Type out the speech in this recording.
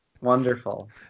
Wonderful